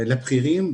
לבכירים,